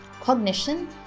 Cognition